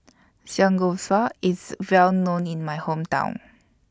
Samgeyopsal IS Well known in My Hometown